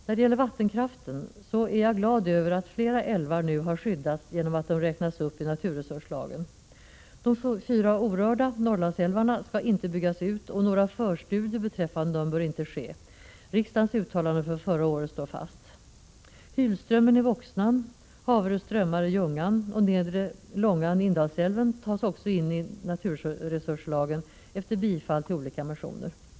När det gäller vattenkraften är jag glad över att flera älvar nu har skyddats genom att de räknas upp i naturresurslagen. De fyra orörda Norrlandsälvarna skall inte byggas ut, och några förstudier beträffande dem bör inte ske. Riksdagens uttalande från förra året står fast. Också Hylströmmen i Voxnan, Haverö strömmar i Ljungan och Nedre Långan i Indalsälven förs in under naturresurslagen efter det att olika motioner har bifallits.